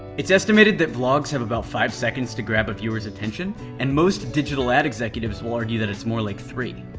it's estimated that vlogs have about five seconds to grab a viewer's attention and most digital ad executives warn you that it's more like three.